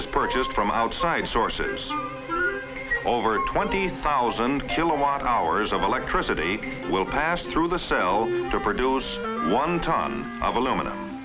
is purchased from outside sources over twenty thousand kilowatt hours of electricity will pass through the cells to produce one ton of aluminum